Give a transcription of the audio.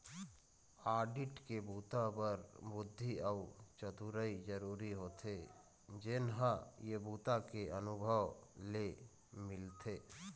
audit के बूता बर बुद्धि अउ चतुरई जरूरी होथे जेन ह ए बूता के अनुभव ले मिलथे